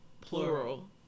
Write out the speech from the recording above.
Plural